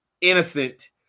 innocent